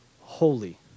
holy